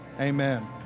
amen